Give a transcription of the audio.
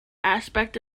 aspect